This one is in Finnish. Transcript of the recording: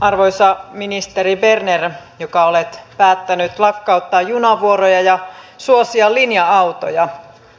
arvoisa ministeri berner joka olet päättänyt lakkauttaa junavuoroja ja suosia linja autoja